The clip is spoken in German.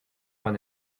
von